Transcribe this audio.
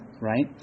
right